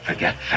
Forget